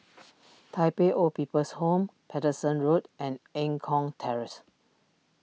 Tai Pei Old People's Home Paterson Road and Eng Kong Terrace